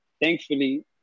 thankfully